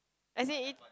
as in it